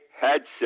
headset